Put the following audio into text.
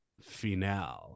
finale